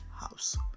house